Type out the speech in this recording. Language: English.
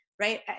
right